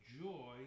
joy